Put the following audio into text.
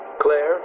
Claire